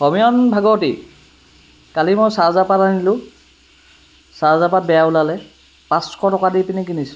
সমীৰণ ভাগৱতী কালি মই চাৰ্জাৰপাত আনিলোঁ চাৰ্জাৰপাত বেয়া ওলালে পাঁচশ টকা দি পিনি কিনিছোঁ